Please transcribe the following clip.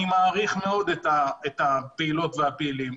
אני מעריך מאוד את הפעילות והפעילים,